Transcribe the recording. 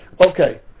Okay